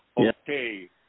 okay